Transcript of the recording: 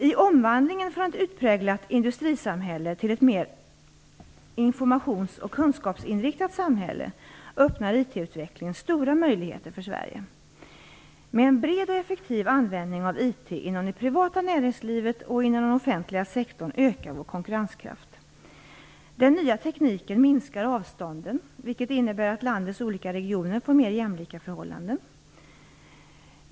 I omvandlingen från ett utpräglat industrisamhälle till ett mer informations och kunskapsinriktat samhälle öppnar IT-utvecklingen stora möjligheter för Sverige. Med en bred och effektiv användning av IT inom det privata näringslivet och inom den offentliga sektorn ökar vår konkurrenskraft. Den nya tekniken minskar avstånden, vilket innebär att landets olika regioner får mera jämlika förhållanden.